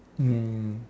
mm